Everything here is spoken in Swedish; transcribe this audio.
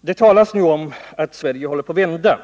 Det talas nu om att konjunkturen i Sverige håller på att vända.